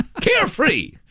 Carefree